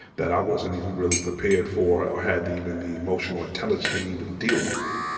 that i wasn't even really prepared for or had even the emotional intelligence to even deal with it.